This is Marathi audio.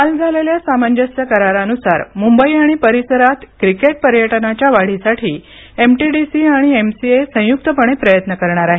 काल झालेल्या सामंजस्य करारानुसार मुंबई आणि परिसरात क्रिकेट पर्यटनाच्या वाढीसाठी एमटीडीसी आणि एमसीए संयुक्तपणे प्रयत्न करणार आहे